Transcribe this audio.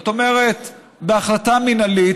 זאת אומרת בהחלטה מינהלית,